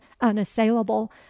unassailable